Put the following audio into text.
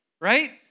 right